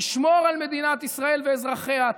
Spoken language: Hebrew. תשמור על מדינת ישראל ואזרחיה,